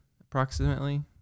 approximately